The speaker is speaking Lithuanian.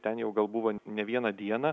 ten jau gal buvo ne vieną dieną